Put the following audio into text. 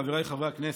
חבריי חברי הכנסת,